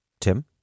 Tim